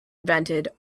invented